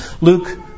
Luke